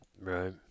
Right